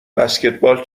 بسکتبال